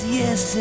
yes